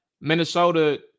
Minnesota